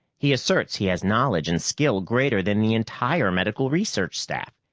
he asserts he has knowledge and skill greater than the entire medical research staff.